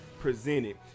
presented